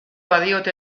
badiot